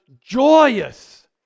joyous